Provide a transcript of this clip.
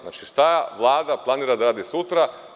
Znači, šta Vlada planira da radi sutra?